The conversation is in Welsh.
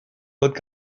fod